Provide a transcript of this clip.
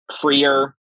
freer